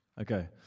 Okay